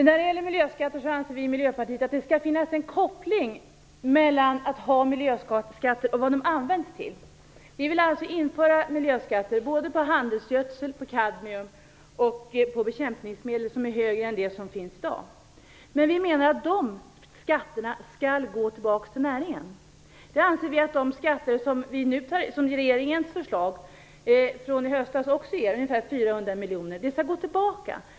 Fru talman! Vi i Miljöpartiet anser att det skall finnas en koppling mellan att ta ut miljöskatter och vad de används till. Vi vill alltså införa miljöskatter på handelsgödsel, kadmium och på bekämpningsmedel som är högre än de som finns i dag. Men vi menar att dessa skatter skall gå tillbaks till näringen. Vi anser att de pengar som regeringens förslag från i höstas ger, ungefär 400 miljoner, skall gå tillbaka.